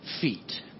feet